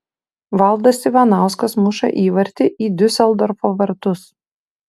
valdas ivanauskas muša įvartį į diuseldorfo vartus